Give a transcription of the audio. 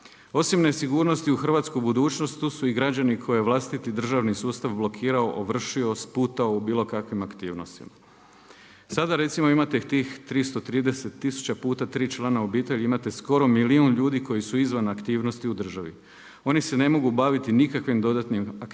Osim nesigurnosti u hrvatsku budućnost tu su i građani koje vlastiti državni sustav blokirao, ovršio, sputao u bilo kakvim aktivnostima. Sada recimo imat tih 330 tisuća put tri člana obitelji imate skoro milijun ljudi koji su izvan aktivnosti u državi. Oni se ne mogu baviti nikakvim dodatnim aktivnostima